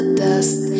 dust